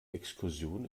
exkursion